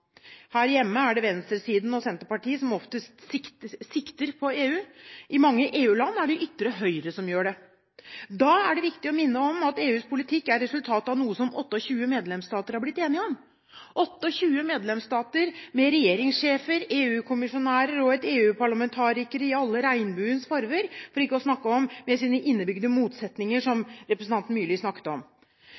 Her hjemme er det venstresiden og Senterpartiet som oftest sikter på EU. I mange EU-land er det ytre høyre som gjør det. Da er det viktig å minne om at EUs politikk er resultatet av noe som 28 medlemsstater har blitt enige om – 28 medlemsstater med regjeringssjefer, EU-kommissærer og EU-parlamentarikere i alle regnbuens farger, for ikke å snakke om med innebygde motsetninger, som representanten Myrli snakket om.